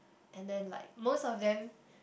and then like most of them